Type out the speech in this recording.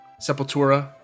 Sepultura